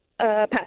Pass